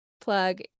Plug